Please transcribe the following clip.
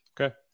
Okay